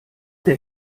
der